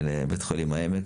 לבית חולים העמק,